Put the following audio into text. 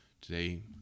today